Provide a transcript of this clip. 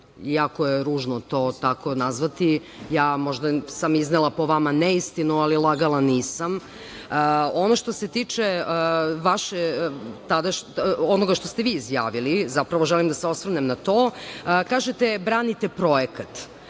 Jako je ružno tako nazvati. Možda sam iznela po vama neistinu, ali lagala nisam. Što se tiče onoga što ste vi izjavili, želim da se osvrnem na to, kažete branite projekat,